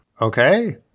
Okay